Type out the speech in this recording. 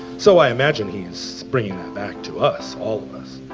so i imagine he's bringing that back to us, all of us.